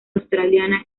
australiana